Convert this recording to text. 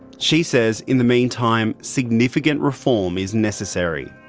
she says, in the meantime, significant reform is necessary.